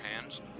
hands